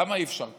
למה אי-אפשר כאן?